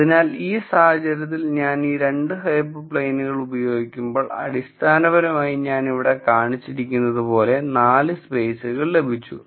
അതിനാൽ ഈ സാഹചര്യത്തിൽ ഞാൻ ഈ 2 ഹൈപ്പർ പ്ലെയിനുകൾ ഉപയോഗിക്കുമ്പോൾ അടിസ്ഥാനപരമായി ഞാൻ ഇവിടെ കാണിച്ചിരിക്കുന്നതുപോലെ 4 സ്പേസുകൾ ലഭിച്ചു